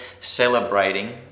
celebrating